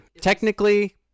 Technically